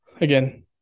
again